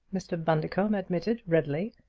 mr. bundercombe admitted readily.